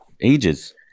ages